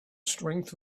strength